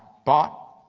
but,